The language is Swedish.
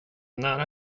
nära